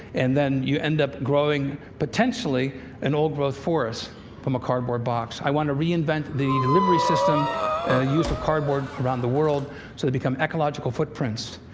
and then you end up growing potentially an old-growth forest from a cardboard box. i want to reinvent the delivery system, and the use of cardboard around the world, so they become ecological footprints.